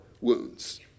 wounds